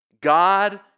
God